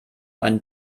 ein